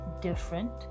different